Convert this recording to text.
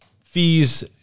Fees